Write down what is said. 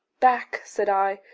back, said i!